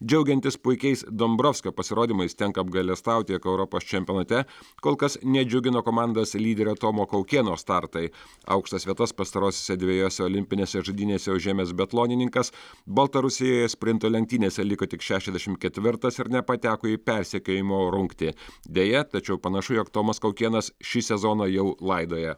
džiaugiantis puikiais dombrovskio pasirodymais tenka apgailestauti jog europos čempionate kol kas nedžiugina komandos lyderio tomo kaukėno startai aukštas vietas pastarosiose dvejose olimpinėse žaidynėse užėmęs biatlonininkas baltarusijoje sprinto lenktynėse liko tik šešiasdešimt ketvirtas ir nepateko į persekiojimo rungtį deja tačiau panašu jog tomas kaukėnas šį sezoną jau laidoja